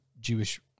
Jewish